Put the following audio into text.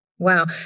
Wow